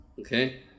Okay